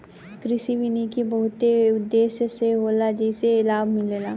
कृषि वानिकी बहुते उद्देश्य से होला जेइसे लाभ मिलेला